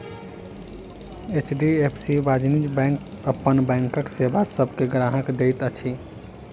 HDFC वाणिज्य बैंक अपन बैंकक सेवा सभ ग्राहक के दैत अछि